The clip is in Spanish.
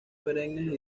perennes